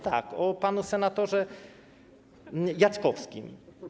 Tak, o panu senatorze Jackowskim.